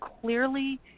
clearly